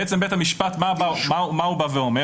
בעצם בית המשפט, מה הוא בא ואומר?